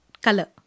color